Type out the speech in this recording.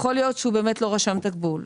יכול להיות שהוא באמת לא רשם תקבול,